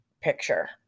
picture